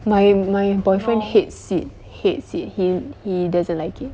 my my boyfriend hates it hates it he he doesn't like it